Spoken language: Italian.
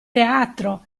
teatro